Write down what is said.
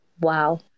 Wow